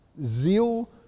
zeal